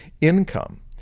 income